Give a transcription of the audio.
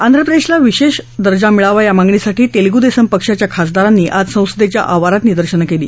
आंध्र प्रदेशला विशेष दर्जा मिळावा या मागणीसाठी तेलगू देसम पक्षाच्या खासदारांनी आज संसदेच्या आवारात निदर्शनं केली